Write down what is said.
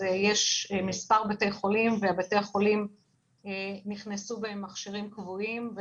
מספר בתי חולים אליהם נכנסו מכשירים קבועים,